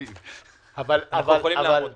70. אנחנו יכולים לעמוד בזה.